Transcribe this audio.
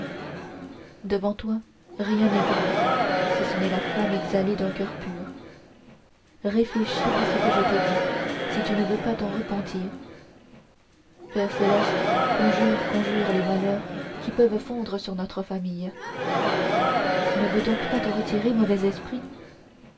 devant toi rien n'est grand si ce n'est la flamme exhalée d'un coeur pur réfléchis à ce que je t'ai dit si tu ne veux pas t'en repentir père céleste conjure conjure les malheurs qui peuvent fondre sur notre famille tu ne veux donc pas te retirer mauvais esprit